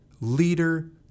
leader